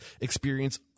experience